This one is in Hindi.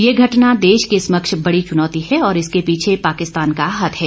यह घटना देश के समक्ष बड़ी चुनौती है और इसके पीछे पाकिस्तान का हाथ है